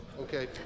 Okay